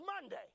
Monday